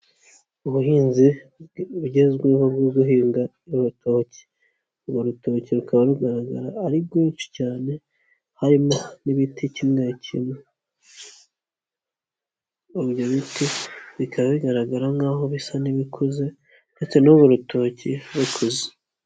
Ubuhinzi bugezweho bwo guhinga urutoki, uru rutoki rukaba rugaragara ari rwinshi cyane harimo n'ibiti kimwe kimwe, ibyo biti bikaba bigaragara nk'aho bisa n'ibikuze ndetse n'uru rutoki rukuze.